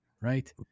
Right